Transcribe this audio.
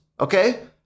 Okay